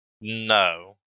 No